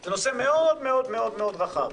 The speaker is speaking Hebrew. ראשית,